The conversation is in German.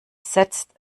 setzt